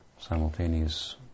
simultaneous